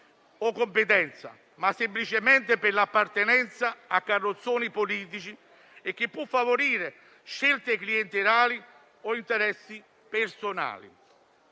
o competenza, ma semplicemente per l'appartenenza a carrozzoni politici, che può favorire scelte clientelari o interessi personali.